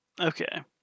okay